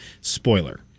spoiler